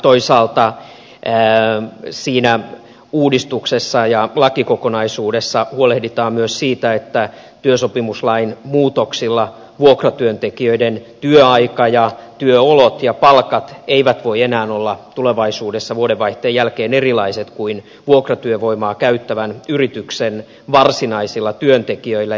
toisaalta siinä uudistuksessa ja lakikokonaisuudessa huolehditaan myös siitä että työsopimuslain muutoksilla vuokratyöntekijöiden työaika ja työolot ja palkat eivät voi enää olla tulevaisuudessa vuodenvaihteen jälkeen erilaiset kuin vuokratyövoimaa käyttävän yrityksen varsinaisilla työntekijöillä